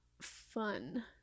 fun